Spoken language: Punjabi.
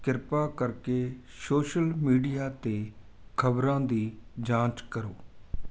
ਕਿਰਪਾ ਕਰਕੇ ਸ਼ੋਸ਼ਲ ਮੀਡੀਆ 'ਤੇ ਖ਼ਬਰਾਂ ਦੀ ਜਾਂਚ ਕਰੋ